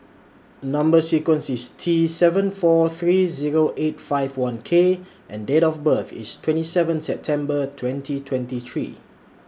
Number sequence IS T seven four three Zero eight five one K and Date of birth IS twenty seven September twenty twenty three